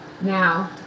Now